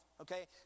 Okay